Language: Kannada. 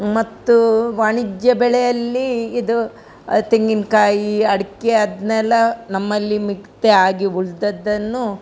ಮತ್ತು ವಾಣಿಜ್ಯ ಬೆಳೆಯಲ್ಲಿ ಇದು ತೆಂಗಿನಕಾಯಿ ಅಡಿಕೆ ಅದನ್ನೆಲ್ಲ ನಮ್ಮಲ್ಲಿ ಮಿಕ್ತೆ ಆಗಿ ಉಳಿದದ್ದನ್ನು